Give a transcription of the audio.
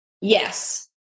yes